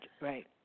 right